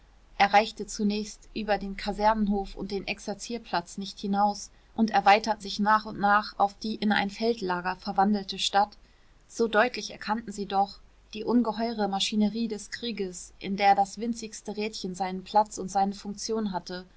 reichte zunächst über den kasernenhof und den exerzierplatz nicht hinaus und erweiterte sich nach und nach auf die in ein feldlager verwandelte stadt so deutlich erkannten sie doch die ungeheure maschinerie des krieges in der das winzigste rädchen seinen platz und seine funktion hatte